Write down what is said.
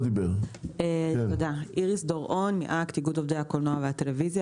אני מאיגוד "אקט" ארגון עובדי הקולנוע והטלוויזיה